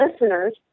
listeners